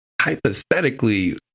hypothetically